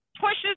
pushes